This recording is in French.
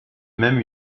même